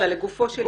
לגופו של עניין.